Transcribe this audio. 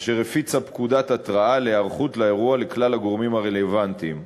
והיא הפיצה פקודת התרעה על היערכות לאירוע לכלל הגורמים הרלוונטיים.